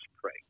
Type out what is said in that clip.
pray